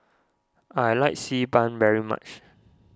I like Xi Ban very much